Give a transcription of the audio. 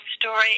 story